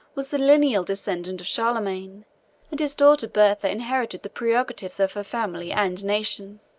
was the lineal descendant of charlemagne and his daughter bertha inherited the prerogatives of her family and nation.